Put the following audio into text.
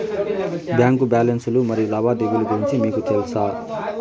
Bank balance లు మరియు లావాదేవీలు గురించి మీకు తెల్సా?